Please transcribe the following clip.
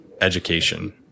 education